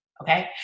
okay